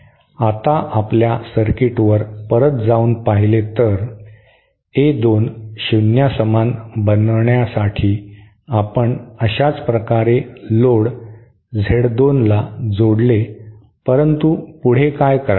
आता आपल्या सर्किटवर परत जाऊन पाहिले तर A 2 शून्यासमान बनवण्यासाठी आपण अशाच प्रकारे लोड Z 2 ला जोडले परंतु पुढे काय करावे